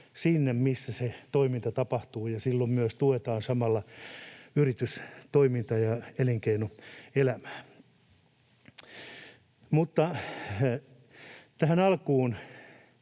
sinne, missä se toiminta tapahtuu, ja silloin myös tuetaan samalla yritystoimintaa ja elinkeinoelämää. Tähän alkuun